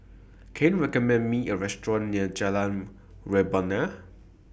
Can YOU recommend Me A Restaurant near Jalan Rebana